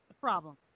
problem